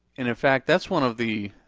in in fact that's one of the,